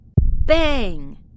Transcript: Bang